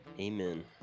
amen